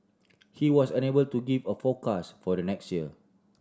he was unable to give a forecast for the next year